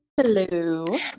hello